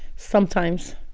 sometimes.